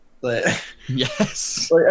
Yes